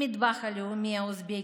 למטבח הלאומי האוזבקי,